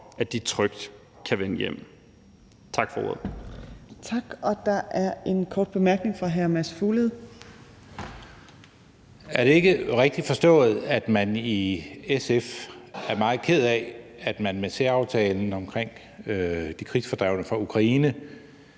at de trygt kan vende hjem. Tak for ordet.